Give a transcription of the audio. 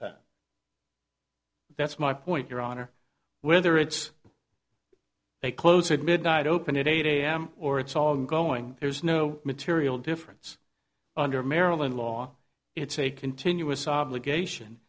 d that's my point your honor whether it's a close at midnight open at eight am or it's all going there's no material difference under maryland law it's a continuous obligation